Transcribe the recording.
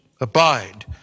abide